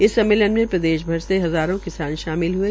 इस सम्मेलन में प्रदेश भर में हज़ारों किसान शामिल हये